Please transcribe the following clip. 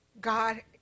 God